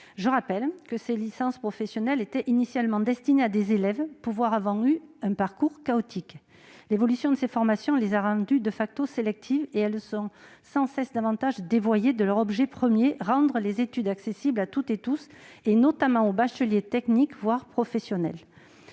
Je rappelle que les licences professionnelles étaient initialement destinées à des élèves pouvant avoir eu un parcours chaotique. L'évolution de ces formations les a rendues sélectives et elles sont sans cesse davantage dévoyées de leur objet premier : rendre les études accessibles à toutes et à tous, notamment aux bacheliers techniques, voire professionnels.